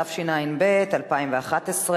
התשע"ב 2011,